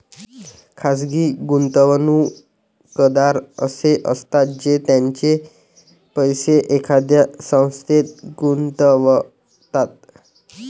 खाजगी गुंतवणूकदार असे असतात जे त्यांचे पैसे एखाद्या संस्थेत गुंतवतात